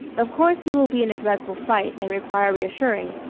of course he will be in a dreadful fright, and require reassuring.